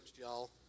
y'all